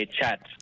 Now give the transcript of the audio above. Chat